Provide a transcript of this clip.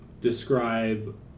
describe